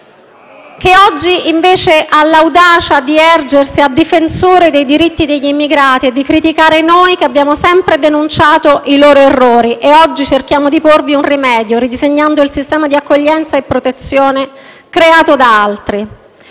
che oggi invece ha l'audacia di ergersi a difensore dei diritti degli immigrati e di criticare noi che abbiamo sempre denunciato i loro errori e oggi cerchiamo di porvi un rimedio, ridisegnando il sistema di accoglienza e protezione creato da altri,